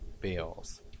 bills